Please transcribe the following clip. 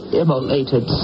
immolated